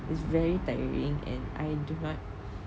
it's very tiring and I do not